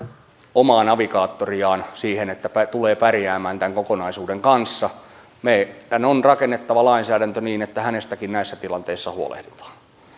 omaa navigaattoriaan siihen että tulee pärjäämään tämän kokonaisuuden kanssa meidän on rakennettava lainsäädäntö niin että hänestäkin näissä tilanteissa huolehditaan